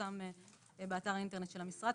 שיפורסם באתר האינטרנט של המשרד.